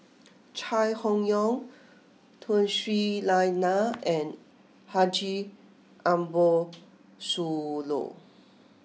Chai Hon Yoong Tun Sri Lanang and Haji Ambo Sooloh